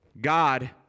God